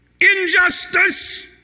injustice